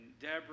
Deborah